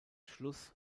schluss